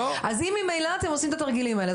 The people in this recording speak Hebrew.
אם ממילא אתם עושים את התרגילים האלה,